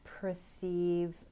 perceive